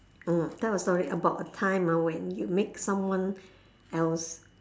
um tell a story about a time ah when you make someone else